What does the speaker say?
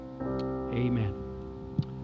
amen